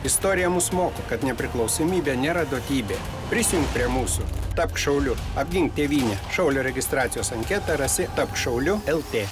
istorija mus moko kad nepriklausomybė nėra duotybė prisijunk prie mūsų tapk šauliu apgink tėvynę šaulio registracijos anketą rasi tapk šauliu lt